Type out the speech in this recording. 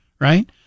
right